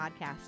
podcast